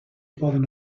poden